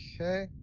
Okay